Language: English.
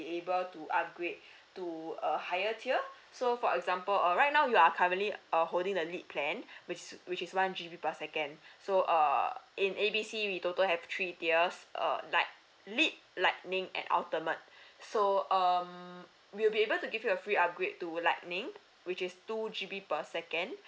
be able to upgrade to a higher tier so for example uh right now you are currently uh holding the lead plan which is which is one G_B per second so err in A B C we total have three tiers uh like lead lightning and ultimate so um we'll be able to give you a free upgrade to lightning which is two G_B per second